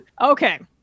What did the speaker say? Okay